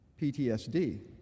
PTSD